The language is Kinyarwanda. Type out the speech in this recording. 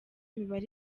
mibare